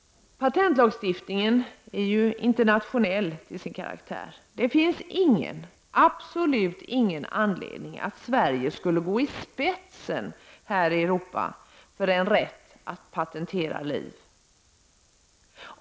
Patentlagstiftningen är ju internationell till sin karaktär. Det finns absolut ingen anledning till att Sverige skulle gå i spetsen här i Europa för en rätt att patentera liv.